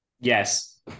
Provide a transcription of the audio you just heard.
Yes